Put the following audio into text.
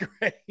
great